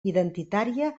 identitària